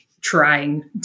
trying